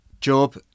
Job